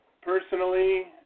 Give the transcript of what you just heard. Personally